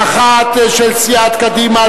האחת של סיעת קדימה,